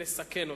לסכן אותה.